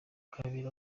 kabera